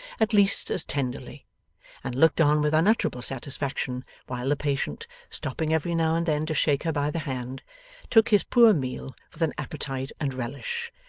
at least as tenderly and looked on with unutterable satisfaction while the patient stopping every now and then to shake her by the hand took his poor meal with an appetite and relish,